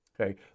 Okay